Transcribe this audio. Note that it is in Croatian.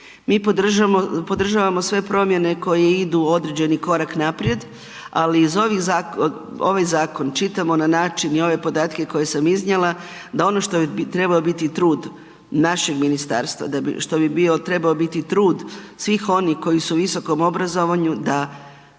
Mi podržavamo sve promjene koje idu određeni korak naprijed, ali iz ovih, ovaj zakon čitamo na način i ove podatke koje sam iznijela da ono što bi treba biti trud našeg ministarstva, što bi trebao biti trud svih onih koji su u visokom obrazovanju da